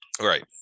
Right